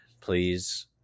please